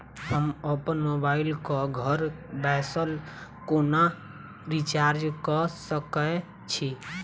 हम अप्पन मोबाइल कऽ घर बैसल कोना रिचार्ज कऽ सकय छी?